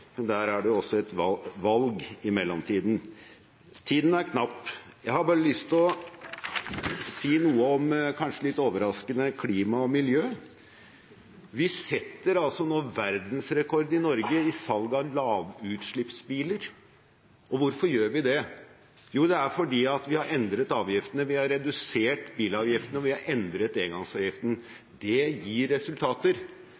men der er det også et valg i mellomtiden. Tiden er knapp. Jeg har bare lyst til å si noe om – kanskje litt overraskende – klima og miljø. Vi setter nå verdensrekord i Norge i salg av lavutslippsbiler. Og hvorfor gjør vi det? Jo, det er fordi vi har endret avgiftene, vi har redusert bilavgiftene, og vi har endret